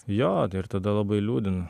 jo ir tada labai liūdina